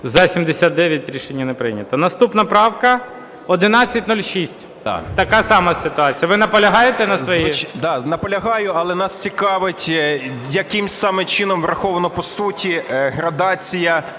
За-79 Рішення не прийнято. Наступна правка 1106. Така сама ситуація. Ви наполягаєте на своїй? 12:59:13 КОЛТУНОВИЧ О.С. Да, наполягаю, але нас цікавить, яким саме чином враховано по суті градація